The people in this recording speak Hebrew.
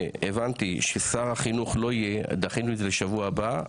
והבנתי ששר החינוך לא יהיה דחינו את זה לשבוע הבא.